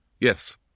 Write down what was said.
Yes